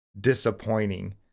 disappointing